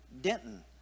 Denton